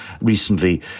recently